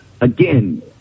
again